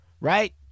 Right